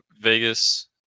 Vegas